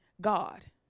God